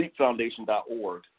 sleepfoundation.org